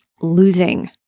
losing